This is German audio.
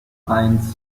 eins